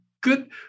Good